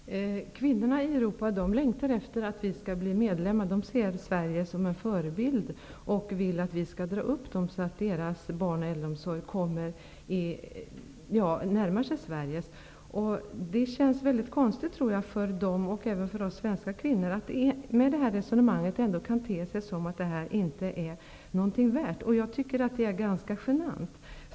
Herr talman! Kvinnorna i Europa längtar efter att Sverige skall bli medlem. De ser Sverige som en förebild och vill att vi i Sverige skall hjälpa dem att höja nivån på deras barn och äldreomsorg så att den närmar sig Sveriges. Det känns väldigt konstigt för dem, och även för oss svenska kvinnor, att det med detta resonemang kan te sig som att kvinnors arbete inte är något värt. Jag tycker att det är ganska genant.